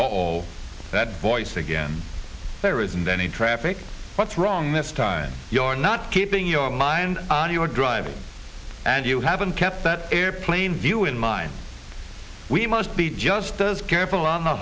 all that voice again there isn't any traffic what's wrong this time you're not keeping your mind on your driving and you haven't kept that airplane view in mind we must be just as careful on the